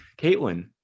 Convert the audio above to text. Caitlin